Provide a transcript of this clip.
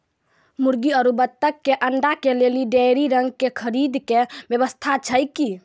मुर्गी आरु बत्तक के अंडा के लेली डेयरी रंग के खरीद के व्यवस्था छै कि?